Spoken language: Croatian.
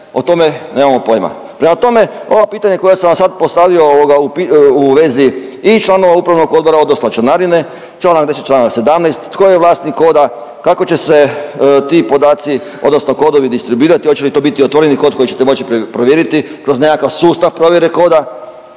o tome nemamo pojma. Prema tome, ova pitanja koja sam vam sad postavio u vezi i članova upravnog odbora odnosno članarine, čl. 10. čl. 17. tko je vlasnik koda, kako će se ti podaci odnosno kodovi distribuirati, hoće li to biti otvoreni kod koji ćete moći provjeriti kroz nekakav sustav provjere koda,